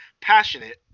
passionate